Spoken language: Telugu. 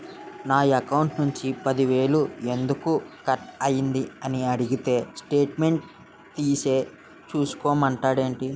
నా అకౌంట్ నుంచి పది వేలు ఎందుకు కట్ అయ్యింది అని అడిగితే స్టేట్మెంట్ తీసే చూసుకో మంతండేటి